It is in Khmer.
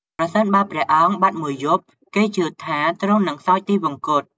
ប្រសិនបើព្រះអង្គបាត់មួយយប់ គេជឿថាទ្រង់នឹងសោយទិវង្គត។